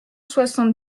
soixante